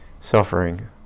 Suffering